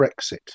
Brexit